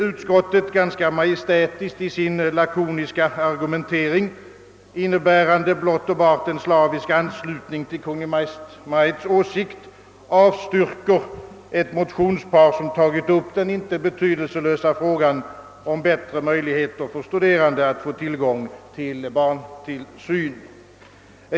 Utskottet — ganska majestätiskt i sin lakoniska argumentering, innebärande blott och bart en slavisk anslutning till Kungl. Maj:ts åsikt — avstyrker ett motionspar, vari tagits upp den inte betydelse lösa frågan om bättre möjligheter för studerande att få tillgång till barntillsyn.